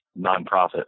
nonprofit